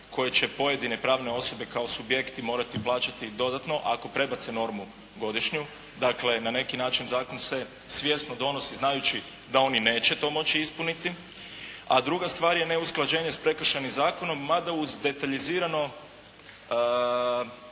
koje će pojedine pravne osobe kao subjekti morati plaćati dodatno, ako prebace normu godišnju. Dakle, na neki način, zakon se svjesno donosi znajući da oni neće to moći ispuniti. A druga stvar je neusklađenje s Prekršajnim zakonom mada uz detaljizirano